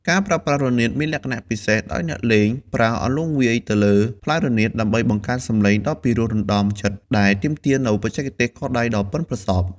ការប្រើប្រាស់រនាតមានលក្ខណៈពិសេសដោយអ្នកលេងប្រើអន្លូងវាយទៅលើផ្លែរនាតដើម្បីបង្កើតសំឡេងដ៏ពីរោះរណ្ដំចិត្តដែលទាមទារនូវបច្ចេកទេសកដៃដ៏ប៉ិនប្រសប់។